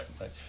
right